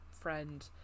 friend